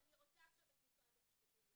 אז אני רוצה עכשיו את משרד הפנים בפנים.